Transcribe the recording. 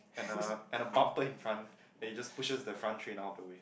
and a and a bumper in front then it just pushes the front train out of the way